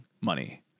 money